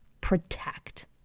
protect